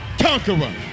conqueror